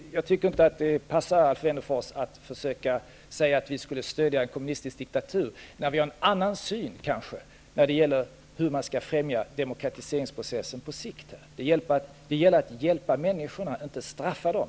Jag tycker inte att det passar Alf Wennerfors att försöka hävda att vi skulle stödja en kommunistisk diktatur, när vi kanske har en annan syn på hur man skall främja demokratiseringsprocessen på sikt. Det gäller att hjälpa människorna, inte straffa dem.